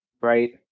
right